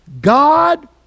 God